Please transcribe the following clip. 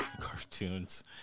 cartoons